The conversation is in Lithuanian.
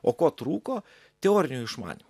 o ko trūko teorinio išmanymo